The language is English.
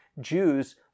Jews